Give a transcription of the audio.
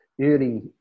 early